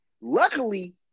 Luckily